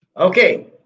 Okay